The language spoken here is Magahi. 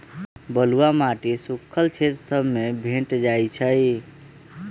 बलुआ माटी सुख्खल क्षेत्र सभ में भेंट जाइ छइ